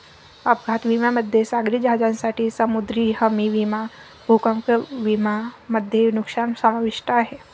अपघात विम्यामध्ये सागरी जहाजांसाठी समुद्री हमी विमा भूकंप विमा मध्ये नुकसान समाविष्ट आहे